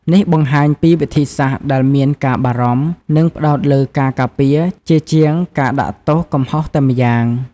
នេះបង្ហាញពីវិធីសាស្រ្តដែលមានការបារម្ភ និងផ្តោតលើការការពារ ជាជាងការដាក់ទោសកំហុសតែម្យ៉ាង។